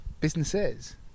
Businesses